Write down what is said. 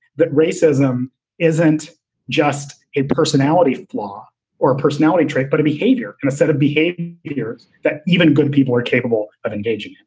that racism isn't just a personality flaw or a personality trait, but a behavior and a set of behaviors is that even good people are capable of engaging?